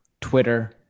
twitter